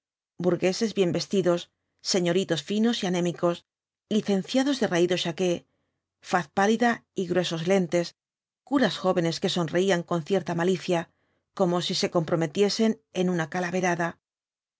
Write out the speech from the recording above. burgueses bien vestidos señoritos finos y anémicos licenciados de raído chaquet faz pálida y gruesos lentes curas jóvenes que sonreían con cierta malicia como si se comprometiesen en una calaverada